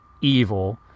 evil